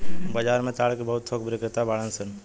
बाजार में ताड़ के बहुत थोक बिक्रेता बाड़न सन